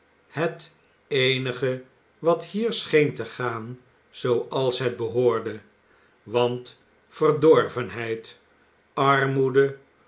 het eenige wat hier scheen te gaan zooals het behoorde want verdorvenheid armoede